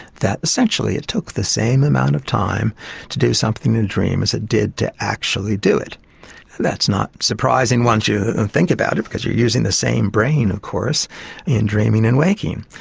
that essentially it took the same amount of time to do something in a dream as it did to actually do it. and that's not surprising once you and think about it because you are using the same brain of course in dreaming and waking.